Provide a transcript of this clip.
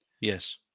Yes